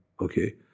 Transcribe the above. okay